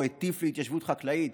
שבו הטיף להתיישבות חקלאית,